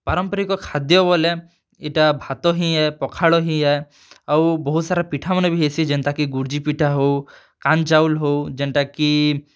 ପାରମ୍ପାରିକ୍ ଖାଦ୍ୟ ବୋଏଲେ ଇ'ଟା ଭାତ ହିଁ ଆଏ ପଖାଳ ହିଁ ଆଏ ଆଉ ବହୁତ୍ ସାରା ପିଠା ମାନେ ବି ହେସି ଯେନ୍ତା କି ଗୁଡ଼୍ଜି ପିଠା ହେଉ କାନ୍ ଚାଉଳ ହେଉ ଯେନ୍ଟା କି